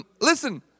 listen